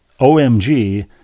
OMG